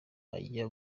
ajya